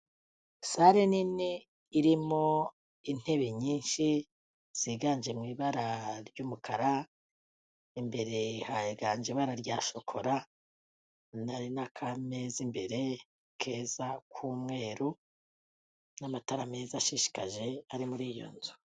Sare nini irimo intebe nyinshi, ziganje mu ibara ry'umukara, imbere haganje ibara rya shokora, n'akameza imbere keza k'umweru, n'amatara meza ashishikaje ari muri iyo nzu.